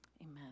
amen